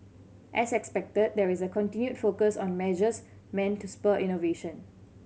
as expected there is a continued focus on measures meant to spur innovation